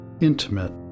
intimate